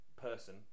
person